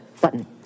button